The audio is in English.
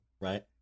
right